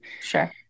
Sure